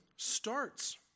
starts